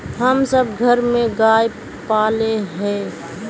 हम सब घर में गाय पाले हिये?